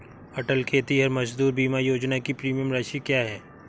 अटल खेतिहर मजदूर बीमा योजना की प्रीमियम राशि क्या है?